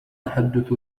تحدث